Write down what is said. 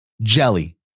jelly